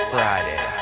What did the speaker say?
Friday